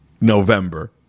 November